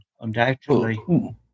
undoubtedly